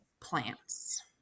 plants